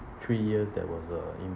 three years there was uh